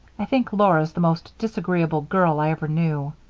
i think laura's the most disagreeable girl i ever knew.